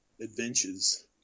adventures